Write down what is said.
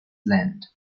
land